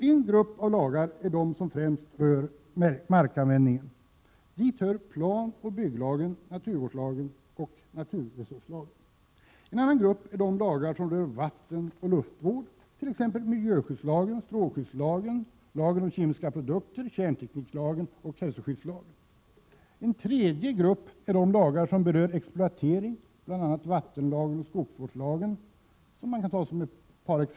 En grupp av lagar är de som främst rör markanvändningen. Dit hör planoch bygglagen, naturvårdslagen och naturresurslagen. En andra grupp är de lagar som rör vatten och luftvård — t.ex. miljöskyddslagen, strålskyddslagen, lagen om kemiska produkter, kärntekniklagen och hälsoskyddslagen. En tredje grupp är de lagar som berör exploatering, bl.a. vattenlagen och skogsvårdslagen.